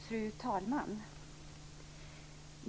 Fru talman!